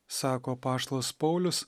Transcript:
sako apaštalas paulius